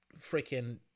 freaking